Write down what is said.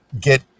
get